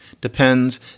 depends